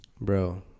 bro